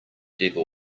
devil